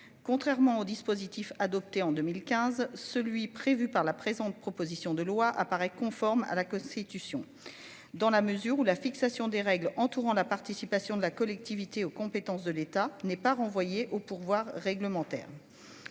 Contrairement au dispositif adopté en 2015 celui prévu par la présente, proposition de loi apparaît conforme à la Constitution. Dans la mesure où la fixation des règles entourant la participation de la collectivité aux compétences de l'État n'est pas renvoyé au pourvoir réglementaire.